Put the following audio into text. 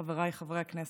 חבריי חברי הכנסת,